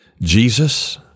Jesus